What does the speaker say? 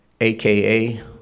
aka